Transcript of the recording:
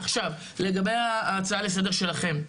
לגבי ההצעה לסדר שלכם,